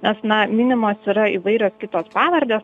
nes na minimos yra įvairios kitos pavardės